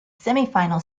semifinal